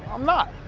i'm not.